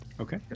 Okay